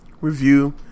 review